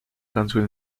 canción